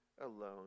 alone